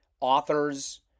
authors